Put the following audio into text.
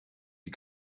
die